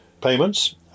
payments